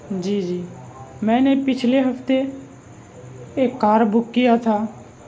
جی جی میں نے پچھلے ہفتے ایک کار بک کیا تھا